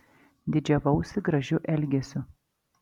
didžiavausi gražiu elgesiu